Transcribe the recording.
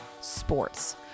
sports